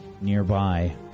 nearby